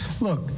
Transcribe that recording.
Look